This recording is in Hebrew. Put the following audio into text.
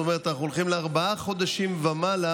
זאת אומרת אנחנו הולכים לארבעה חודשים ומעלה,